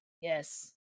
Yes